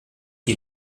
die